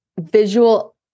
visual